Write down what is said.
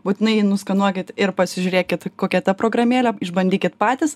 būtinai nuskanuokit ir pasižiūrėkit kokia ta programėlė išbandykit patys